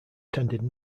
tended